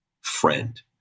friend